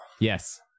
Yes